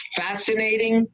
fascinating